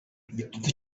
igitutu